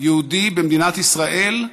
יהודי במדינת ישראל,